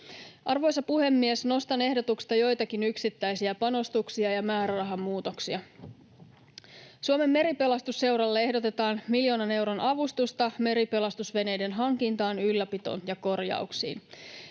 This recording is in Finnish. Arvoisa puhemies! Nostan ehdotuksesta joitakin yksittäisiä panostuksia ja määrärahamuutoksia. Suomen Meripelastusseuralle ehdotetaan miljoonan euron avustusta meripelastusveneiden hankintaan, ylläpitoon ja korjauksiin.